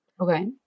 Okay